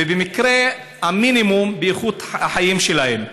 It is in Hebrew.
ובמקרה המינימום, באיכות החיים שלהם.